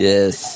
Yes